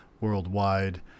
worldwide